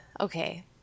okay